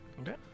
Okay